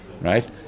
right